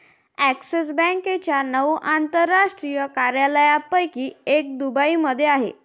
axis बँकेच्या नऊ आंतरराष्ट्रीय कार्यालयांपैकी एक दुबईमध्ये आहे